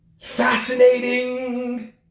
Fascinating